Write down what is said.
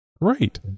Right